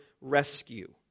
rescue